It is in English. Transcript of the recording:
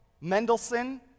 Mendelssohn